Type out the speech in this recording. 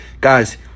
Guys